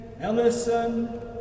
Ellison